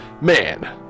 man